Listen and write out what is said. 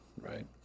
Right